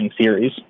series